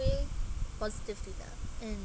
way positively lah mm